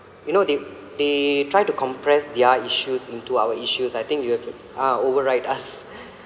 you know they they try to compress their issues into our issues I think you have ah overwrite us